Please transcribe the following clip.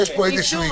יש פה איזשהו היגיון.